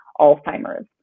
Alzheimer's